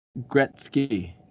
Gretzky